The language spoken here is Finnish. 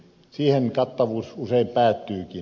siihen kattavuus usein päättyykin